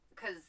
Cause